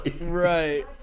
Right